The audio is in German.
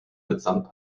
mitsamt